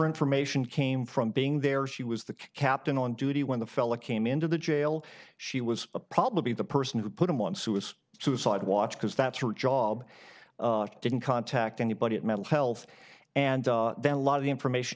information came from being there she was the captain on duty when the fella came into the jail she was probably the person who put him on suicide suicide watch because that's her job didn't contact anybody at mental health and then a lot of the information